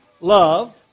love